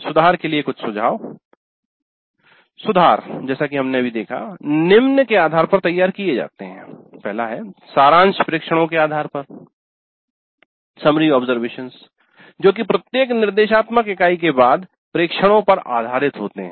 सुधार के लिए सुझाव सुधार जैसा कि हमने अभी देखा निम्न के आधार पर तैयार किये जाते है सारांश प्रेक्षणों के आधार पर जो की प्रत्येक निर्देशात्मक इकाई के बाद प्रेक्षणों पर आधारित होते हैं